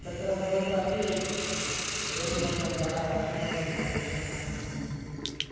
तत्र सर्वत्रापि देशसम्बद्धाः राष्ट्रसम्बद्धाः विषयाः आगच्छन्ति इति